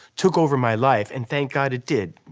took over my life and thank god it did.